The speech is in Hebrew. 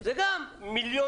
זה גם מיליוני